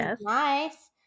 nice